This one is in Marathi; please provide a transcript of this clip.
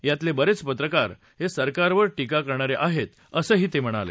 यातले बरेच पत्रकार हे सरकारवर टीका करणारे आहेत असंही ते म्हणाले